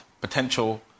potential